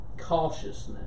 cautiousness